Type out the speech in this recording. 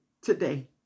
today